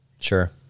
sure